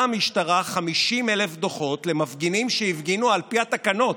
המשטרה 50,000 דוחות למפגינים שהפגינו על פי התקנות,